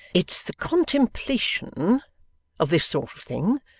it's the contemplation of this sort of thing,